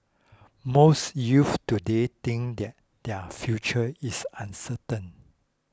most youths today think that their future is uncertain